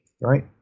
right